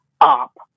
up